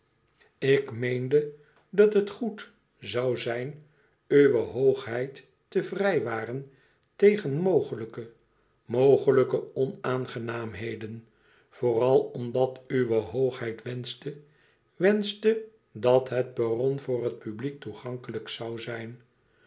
ik meende dat het goed zoû zijn uwe hoogheid te vrijwaren tegen mogelijke mogelijke onaangenaamheden vooral omdat uwe hoogheid wenschte wenschte dat het perron voor het publiek toegankelijk zoû zijn